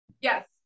Yes